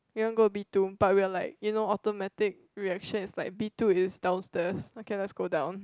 we want go B two but we were like you know automatic reaction is like B two is downstairs okay let's go down